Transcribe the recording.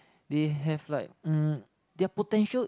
they have like um their potential